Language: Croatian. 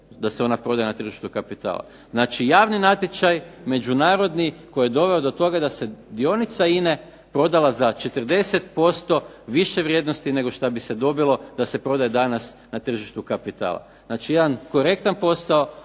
da se ona prodaje na tržištu kapitala. Znači javni natječaj, međunarodni koji je doveo do toga da se dionica INA-e proda za 40% više vrijednosti nego što bi se dobilo danas na tržištu kapitala. Znači jedan korektan posao,